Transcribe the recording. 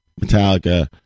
Metallica